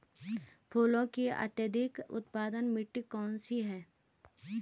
फूलों की अत्यधिक उत्पादन मिट्टी कौन सी है?